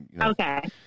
Okay